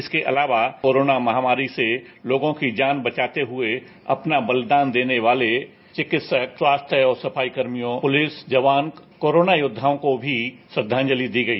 इसके अलावा कोरोना महामारी से लोगों की जान बचाते हुए अपना बलिदान देने वाले चिकित्सक स्वास्थ्य और सफाई कर्मियों पुलिस जवान कोरोना योद्वाओं को भी श्रद्धांजलि दी गई